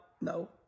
no